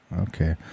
Okay